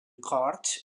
corts